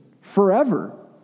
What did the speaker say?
forever